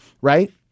right